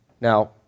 Now